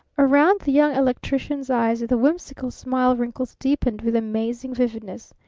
around the young electrician's eyes the whimsical smile-wrinkles deepened with amazing vividness.